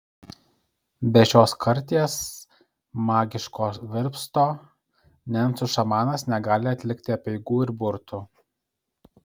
be šios karties magiško virpsto nencų šamanas negali atlikti apeigų ir burtų